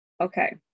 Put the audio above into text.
okay